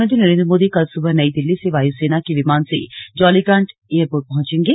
प्रधानमंत्री नरेंद्र मोदी कल सुबह नई दिल्ली से वायुसेना के विमान से जौलीग्रांट एयरपोर्ट पहुंचेंगे